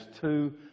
two